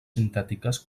sintètiques